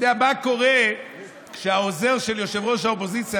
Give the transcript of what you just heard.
מה קורה כשהעוזר של ראש האופוזיציה,